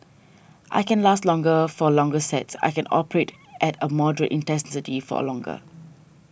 I can last longer for longer sets I can operate at a moderate intensity for longer